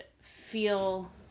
feel